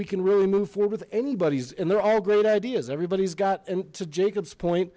we can really move forward with anybody's and they're all great ideas everybody's got and to jacobs point